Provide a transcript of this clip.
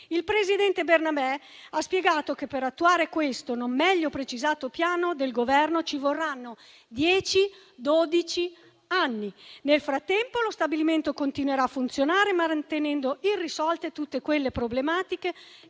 Il presidente Bernabè ha spiegato che, per attuare il non meglio precisato piano del Governo, ci vorranno dieci, dodici anni. Nel frattempo lo stabilimento continuerà a funzionare mantenendo irrisolte tutte quelle problematiche